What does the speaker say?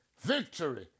Victory